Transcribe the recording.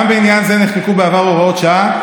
גם בעניין זה נחקקו בעבר הוראות שעה,